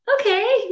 okay